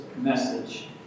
message